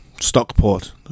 stockport